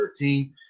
2013